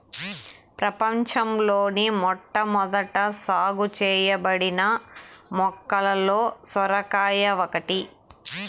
ప్రపంచంలోని మొట్టమొదట సాగు చేయబడిన మొక్కలలో సొరకాయ ఒకటి